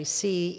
see